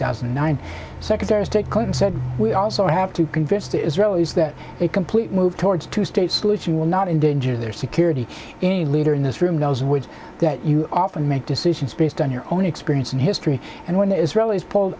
thousand and secretary of state clinton said we also have to convince the israelis that a complete move towards a two state solution will not endanger their security any leader in this room those words that you often make decisions based on your own experience and history and when the israelis pulled